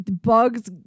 Bugs